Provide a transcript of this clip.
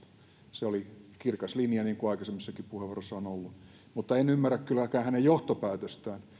se oli kirkas linja niin kuin aikaisemmissakin puheenvuoroissa on ollut mutta en ymmärrä kylläkään hänen johtopäätöstään